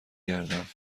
گردم